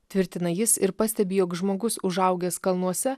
tvirtina jis ir pastebi jog žmogus užaugęs kalnuose